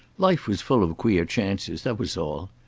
life was full of queer chances, that was all.